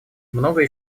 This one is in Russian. многое